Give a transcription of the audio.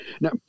Now